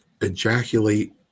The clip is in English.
ejaculate